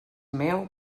meu